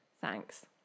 thanks